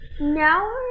Now